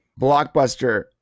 blockbuster